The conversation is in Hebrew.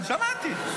שמעתי.